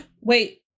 Wait